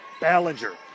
Ballinger